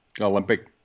Olympic